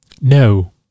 No